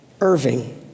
Irving